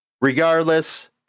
Regardless